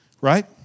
right